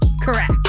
Correct